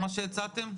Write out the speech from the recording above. מה שהצעתם?